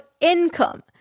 income